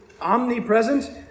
omnipresent